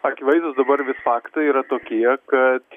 akivaizdūs dabar vis faktai yra tokie kad